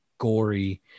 gory